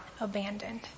abandoned